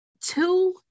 two